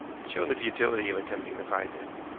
and shown the futility of attempting to find him.